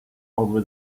over